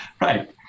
Right